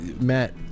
Matt